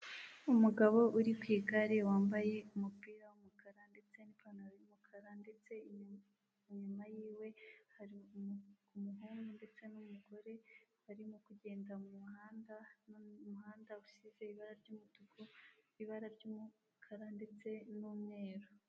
Umugabo uri ku igare wambaye umupira w'umukara ndetse n'ipantaro y'umukara, ndetse inyuma yiwe hari umuhungu ndetse n'umugore barimo kugenda mu muhanda, umuhanda usize ibara ry'umutuku, n'ibara ry'umukara, ndetse n'umweru.